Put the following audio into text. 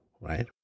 right